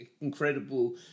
incredible